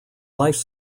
life